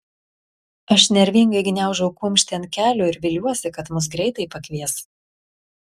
aš nervingai gniaužau kumštį ant kelių ir viliuosi kad mus greitai pakvies